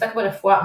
'עוסק ברפואה',